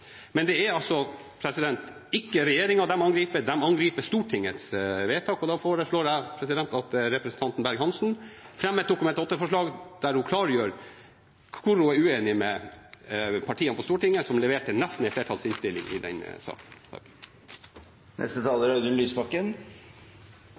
men det er ikke regjeringen de angriper, de angriper Stortingets vedtak. Da foreslår jeg at representanten Berg-Hansen fremmer et Dokument 8-forslag der hun klargjør hvor hun er uenig med partiene på Stortinget, som leverte nesten en flertallsinnstilling i den